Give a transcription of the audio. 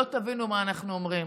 לא תבינו מה אנחנו אומרים.